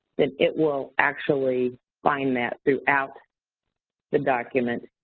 then it will actually find that throughout the document.